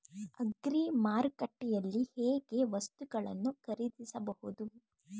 Agri ಮಾರುಕಟ್ಟೆಯಲ್ಲಿ ಹೇಗೆ ವಸ್ತುಗಳನ್ನು ಖರೀದಿಸಬಹುದು?